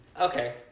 Okay